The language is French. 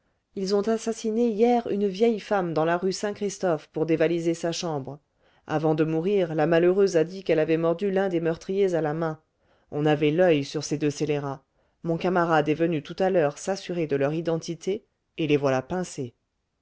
ils ont assassiné hier une vieille femme dans la rue saint christophe pour dévaliser sa chambre avant de mourir la malheureuse a dit qu'elle avait mordu l'un des meurtriers à la main on avait l'oeil sur ces deux scélérats mon camarade est venu tout à l'heure s'assurer de leur identité et les voilà pincés